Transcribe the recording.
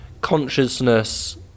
consciousness